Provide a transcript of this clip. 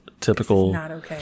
typical